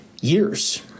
Years